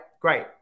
great